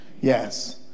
Yes